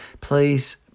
please